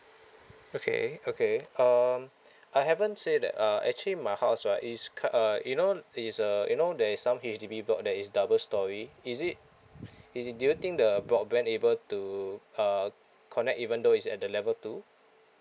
okay okay um I haven't say that uh actually my house right is ki~ uh you know it's a you know there is some H_D_B block that is double storey is it is it do you think the broadband able to uh connect even though is at the level two